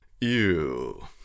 Ew